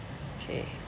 K